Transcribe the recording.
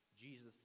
Jesus